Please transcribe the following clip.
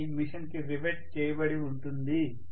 అది మెషిన్ కి రివెట్ చేయబడి ఉంటుంది